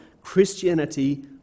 Christianity